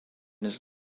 his